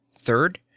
Third